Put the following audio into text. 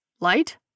Light